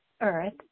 Earth